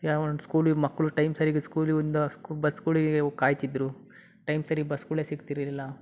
ಯಾವೊಂದು ಸ್ಕೂಲಿಗೆ ಮಕ್ಕಳು ಟೈಮ್ ಸರೀಗೆ ಸ್ಕೂಲಿಂದ ಬಸ್ಗಳಿಗೆ ಕಾಯ್ತಿದ್ದರು ಟೈಮ್ ಸರಿ ಬಸ್ಗಳೇ ಸಿಗ್ತಿರ್ಲಿಲ್ಲ